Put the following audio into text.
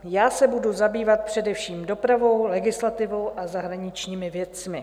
Já se budu zabývat především dopravou, legislativou a zahraničními věcmi.